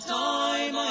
time